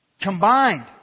combined